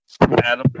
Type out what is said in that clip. Adam